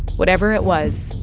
whatever it was,